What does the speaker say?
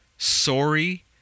Sorry